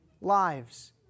lives